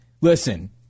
Listen